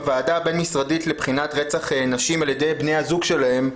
הוועדה הבין משרדית לבחינת רצח נשים על ידי בני הזוג שלהן,